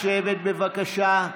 נא לשבת, בבקשה.